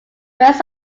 rest